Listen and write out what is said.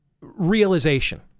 realization